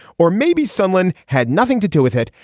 or maybe someone had nothing to do with it.